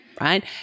right